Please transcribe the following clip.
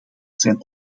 zijn